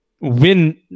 win